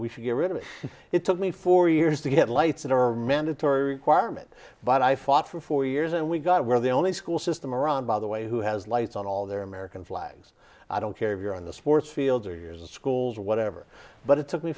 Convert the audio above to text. we should get rid of it it took me four years to get lights that are mandatory requirement but i fought for four years and we got we're the only school system around by the way who has lights on all their american flags i don't care if you're on the sports field or yours in schools or whatever but it took me